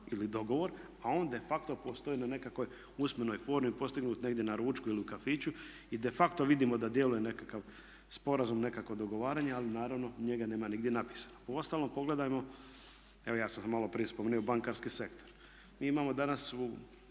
ili dogovor, a on de facto postoji na nekakvoj usmenoj formi postignut negdje na ručku ili u kafiću i de facto vidimo da djeluje nekakav sporazum, nekakvo dogovaranje, ali naravno njega nema nigdje napisano. Uostalom pogledajmo, evo ja sam ga malo prije spomenuo bankarski sektor. Mi imamo danas u